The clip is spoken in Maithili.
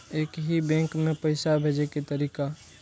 एक ही बैंक मे पैसा भेजे के तरीका?